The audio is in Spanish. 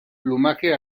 plumaje